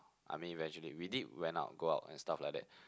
I mean eventually we did went out go out and stuff like that